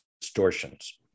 distortions